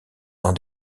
dans